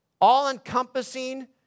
all-encompassing